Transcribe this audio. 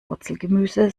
wurzelgemüse